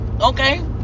Okay